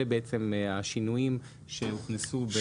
אלה השינויים שהוכנסו.